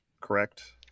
correct